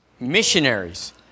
Missionaries